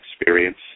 experience